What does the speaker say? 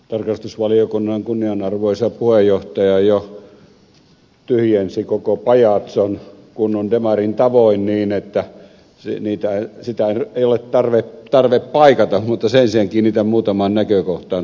tarkastusvaliokunnan kunnianarvoisa puheenjohtaja jo tyhjensi koko pajatson kunnon demarin tavoin niin että sitä ei ole tarve paikata mutta sen sijaan kiinnitän muutamaan näkökohtaan huomiota